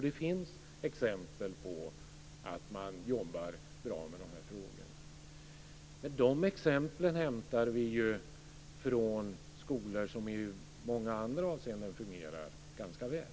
Det finns exempel på att man jobbar bra med de här frågorna, men de exemplen hämtar vi ju från skolor som i många andra avseenden fungerar ganska väl.